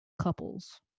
couples